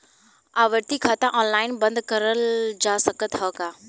आवर्ती खाता ऑनलाइन बन्द करल जा सकत ह का?